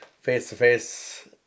face-to-face